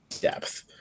depth